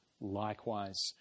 likewise